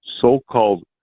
so-called